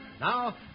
Now